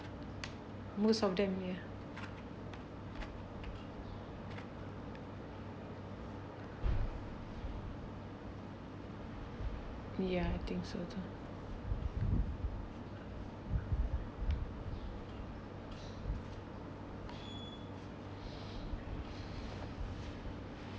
most of them ya mm ya I think so too